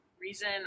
reason